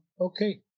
okay